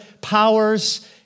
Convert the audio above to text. powers